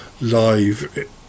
live